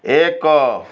ଏକ